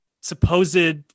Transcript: supposed